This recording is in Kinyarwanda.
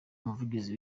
umuvugizi